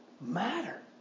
matter